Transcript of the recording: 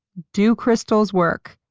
do crystals work?